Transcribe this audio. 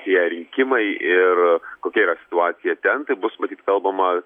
tie rinkimai ir kokia yra situacija ten tai bus matyt kalbama